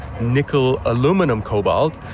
nickel-aluminum-cobalt